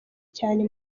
cyane